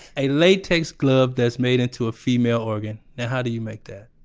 a latex glove that's made into a female organ. now how do you make that?